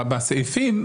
בסעיפים,